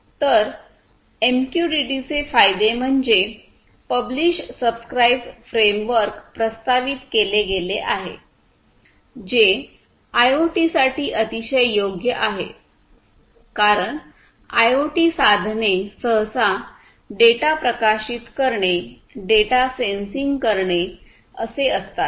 तर एमक्यूटीटीचे फायदे म्हणजे पब्लिष सब्स्क्राइब फ्रेमवर्क प्रस्तावित केले गेले आहे जे आयओटीसाठी अतिशय योग्य आहे कारण आयओटी साधने सहसा डेटा प्रकाशित करणे डेटा सेन्सिंग करणे असे असतात